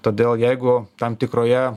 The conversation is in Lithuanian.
todėl jeigu tam tikroje